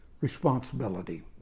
responsibility